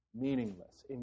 meaningless